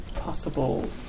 possible